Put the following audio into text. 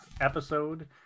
episode